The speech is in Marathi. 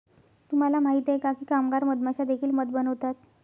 तुम्हाला माहित आहे का की कामगार मधमाश्या देखील मध बनवतात?